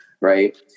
right